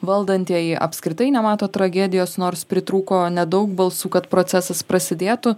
valdantieji apskritai nemato tragedijos nors pritrūko nedaug balsų kad procesas prasidėtų